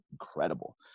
incredible